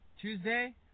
Tuesday